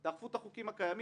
אני חייב לומר שהאזנתי בקשב רב,